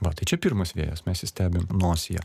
va tai čia pirmas vėjas mes jį stebim nosyje